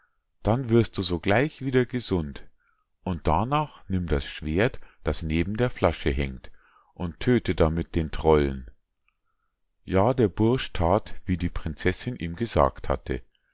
dann wirst du sogleich wieder gesund und darnach nimm das schwert das neben der flasche hangt und tödte damit den trollen ja der bursch that wie die prinzessinn ihm gesagt hatte